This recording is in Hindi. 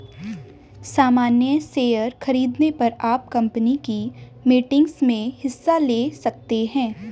सामन्य शेयर खरीदने पर आप कम्पनी की मीटिंग्स में हिस्सा ले सकते हैं